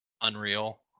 unreal